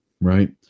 right